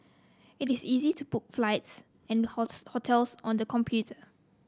it is easy to book flights and hotels on the computer